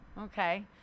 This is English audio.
okay